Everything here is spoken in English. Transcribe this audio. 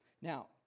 Now